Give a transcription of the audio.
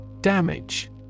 Damage